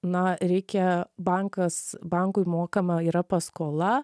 na reikia bankas bankui mokama yra paskola